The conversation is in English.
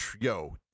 Yo